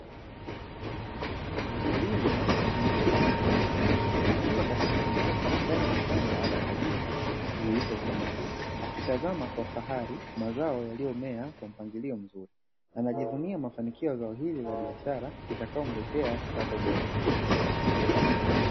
Mkulima wa jinsia ya kiume, akiwa kasimama katikati ya shamba la kabichi zilizokomaa, akitazama kwa fahari mazao yaliyomea kwa mpangilio mzuri, anajivunia mafanikio ya zao hili la biashara litakalomletea kipato bora.